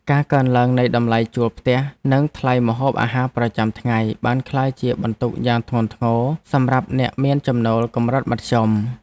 ការកើនឡើងនៃតម្លៃជួលផ្ទះនិងថ្លៃម្ហូបអាហារប្រចាំថ្ងៃបានក្លាយជាបន្ទុកយ៉ាងធ្ងន់ធ្ងរសម្រាប់អ្នកមានចំណូលកម្រិតមធ្យម។